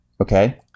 Okay